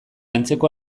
antzeko